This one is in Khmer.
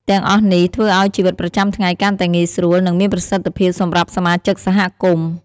ទាំងអស់នេះធ្វើឲ្យជីវិតប្រចាំថ្ងៃកាន់តែងាយស្រួល និងមានប្រសិទ្ធភាពសម្រាប់សមាជិកសហគមន៍។